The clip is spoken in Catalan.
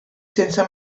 sense